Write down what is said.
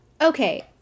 okay